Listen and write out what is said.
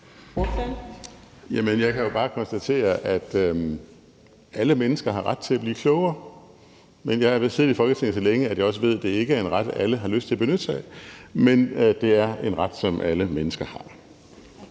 Jeg kan jo bare konstatere, at alle mennesker har ret til at blive klogere. Men jeg har da siddet i Folketinget så længe, at jeg også ved, at det ikke er en ret, alle har lyst til at benytte sig af. Men det er en ret, som alle mennesker har.